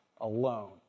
alone